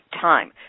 time